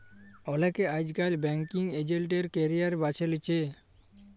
অলেকে আইজকাল banking agent এর ক্যারিয়ার বাছে লিছে